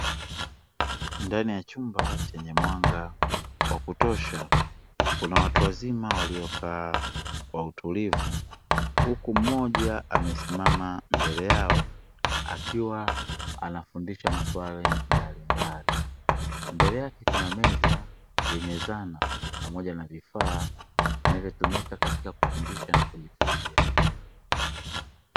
Ndani ya chumba chenye mwanga wa kutosha kuna watu wazima waliokaa kwa utulivu huku mmoja amesimama mbele yao akiwa anafundisha maswala mbalimbali, mbele yake kuna meza yenye dhana pamoja na vifaa vinavyotumika katika kufundisha na kujifunzia.